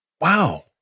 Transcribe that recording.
wow